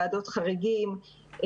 ועדות חריגים.